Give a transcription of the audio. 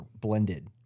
blended